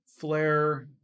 Flare